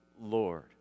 Lord